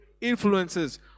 influences